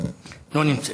לא נמצאת,